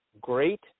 great